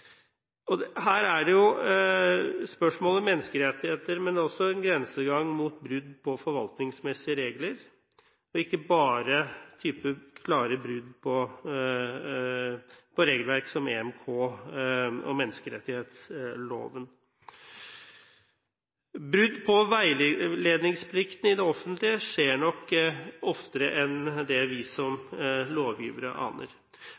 Her er det jo spørsmål om menneskerettigheter, men det er også en grensegang mot brudd på forvaltningsmessige regler. Det er ikke bare en type klare brudd på regelverk som EMK og menneskerettighetsloven. Brudd på veiledningsplikten i det offentlige skjer nok oftere enn det vi som lovgivere aner.